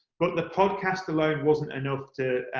but the podcast alone wasn't enough to,